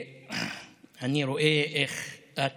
אני רואה איך את